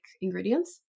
ingredients